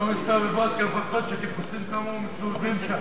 הן לא מסתובבות כי הן פוחדות שטיפוסים כמוהו מסתובבים שם.